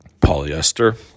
polyester